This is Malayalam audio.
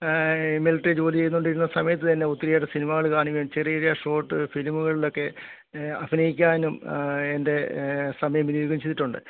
മിലിട്ടറി ജോലി ചെയ്തോണ്ടിരുന്ന സമയത്ത് തന്നെ ഒത്തിരിയേറെ സിനിമകൾ കാണുകയും ചെറിയ ചെറിയ ഷോട്ട് ഫിലിമ്കൾലൊക്കെ അഭിനയിക്കാനും എൻ്റെ സമയം വിനിയോഗം ചെയ്തിട്ടുണ്ട്